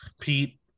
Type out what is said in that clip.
Pete